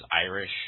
Irish